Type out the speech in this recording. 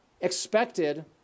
expected